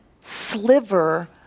sliver